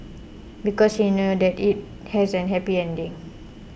because he knows that it has a happy ending